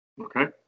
Okay